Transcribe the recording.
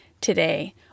today